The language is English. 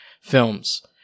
films